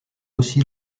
aussi